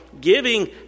giving